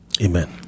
Amen